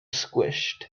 squished